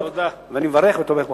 אני מברך ותומך בחוק.